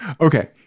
Okay